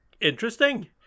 interesting